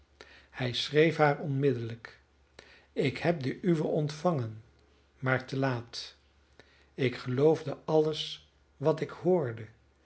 hij schreef haar onmiddellijk ik heb den uwe ontvangen maar te laat ik geloofde alles wat ik hoorde